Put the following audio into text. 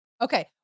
Okay